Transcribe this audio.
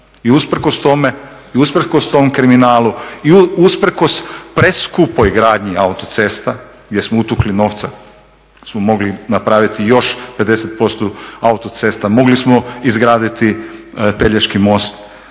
I usprkos tome, i usprkos tom kriminalu, i usprkos preskupoj gradnji autocesta gdje smo utukli novce za koje smo mogli napraviti još 50% autocesta, mogli smo izgraditi Pelješki most,